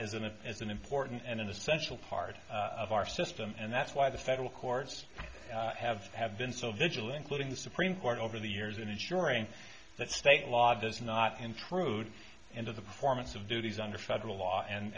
it as an important and essential part of our system and that's why the federal courts have have been so vigil including the supreme court over the years in ensuring that state law does not intrude into the performance of duties under federal law and